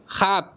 সাত